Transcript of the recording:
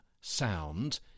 sound